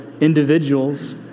individuals